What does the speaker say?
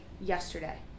yesterday